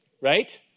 right